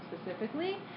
specifically